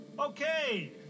Okay